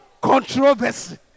Controversy